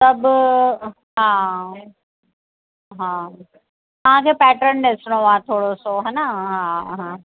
सभु हा हा तव्हां खे पैटन ॾिसणो आहे थोरो सो है न हा हा